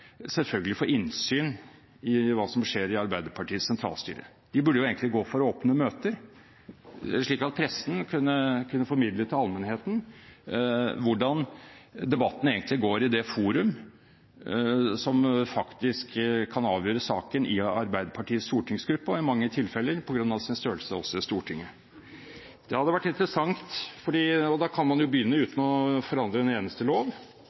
selvfølgelig burde få innsyn i hva som skjer i Arbeiderpartiets sentralstyre. De burde egentlig gå for åpne møter, slik at pressen kunne formidle til allmennheten hvordan debattene går i det forum som faktisk kan avgjøre saken i Arbeiderpartiets stortingsgruppe og i mange tilfeller på grunn av sin størrelse også i Stortinget. Det hadde vært interessant. Da kan man jo begynne uten å forandre en